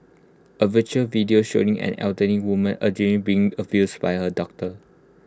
A viral video showing an elderly woman allegedly being abused by her daughter